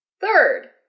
Third